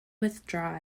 withdraw